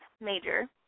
Major